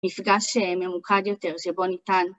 מפגש ממוקד יותר שבו ניתן.